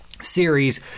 series